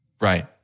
right